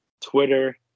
Twitter